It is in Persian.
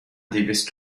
دویست